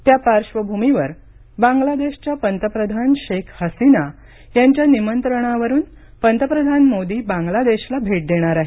त्या पार्श्वभूमीवर बांगलादेशच्या पंतप्रधान शेख हसीना यांच्या निमंत्रणावरून पंतप्रधान मोदी बांगलादेशला भेट देणार आहेत